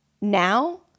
now